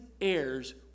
heirs